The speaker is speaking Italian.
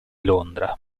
londra